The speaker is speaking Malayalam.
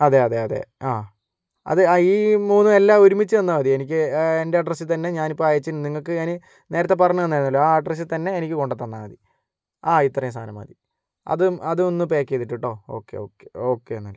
അതെ അതെ അതെ ആ അതെ ഈ മൂന്ന് എല്ലാം ഒരുമിച്ച് തന്നാൽ മതി എനിക്ക് എൻ്റെ അഡ്രസ്സിൽ തന്നെ ഞാനിപ്പോൾ അയച്ച നിങ്ങൾക്ക് ഞാൻ നേരത്തെ പറഞ്ഞ് തന്നിരുന്നല്ലോ ആ അഡ്രസ്സിൽ തന്നെ എനിക്ക് കൊണ്ട് തന്നാൽ മതി ആ ഇത്രയും സാധനം മതി അതും അത് ഒന്ന് പാക്ക് ചെയ്തിട്ട് കേട്ടോ ഓക്കേ ഓക്കേ ഓക്കേ എന്നാൽ